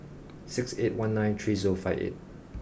six eight one nine three zero five eight